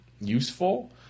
useful